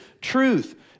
truth